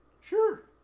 Sure